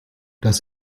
das